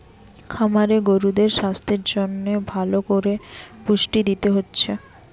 খামারে গরুদের সাস্থের জন্যে ভালো কোরে পুষ্টি দিতে হচ্ছে